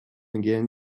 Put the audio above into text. again